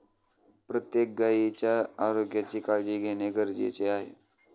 प्रत्येक गायीच्या आरोग्याची काळजी घेणे गरजेचे आहे